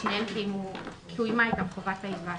עם שני האחרונים קוימה חובת ההיוועצות.